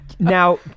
Now